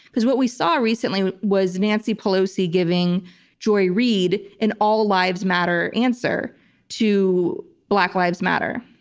because what we saw recently was nancy pelosi giving joy reid an all lives matter answer to black lives matter.